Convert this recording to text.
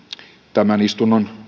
tämän istunnon